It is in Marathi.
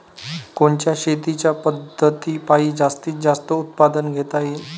कोनच्या शेतीच्या पद्धतीपायी जास्तीत जास्त उत्पादन घेता येईल?